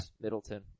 Middleton